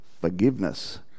Forgiveness